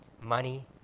money